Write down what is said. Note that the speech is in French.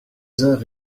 heures